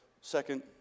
second